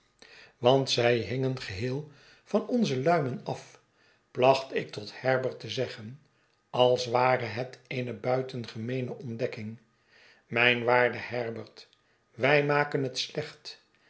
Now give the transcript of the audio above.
want zij hingen geheel van onze luimen af placht ik tot herbert te zeggen als ware het eene buitengemeene ontdekking mijn waarde herbert wij maken hetslecht